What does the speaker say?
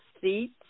seat